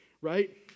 right